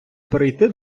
перейти